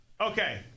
Okay